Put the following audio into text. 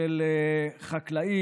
בעד סמי אבו שחאדה,